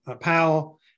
Powell